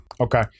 Okay